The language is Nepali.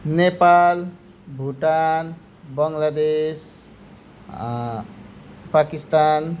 नेपाल भुटान बङ्लादेश पाकिस्तान